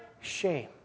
shame